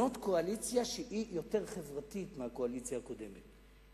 זו קואליציה שהיא יותר חברתית מהקואליציה הקודמת,